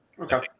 okay